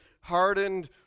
hardened